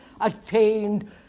attained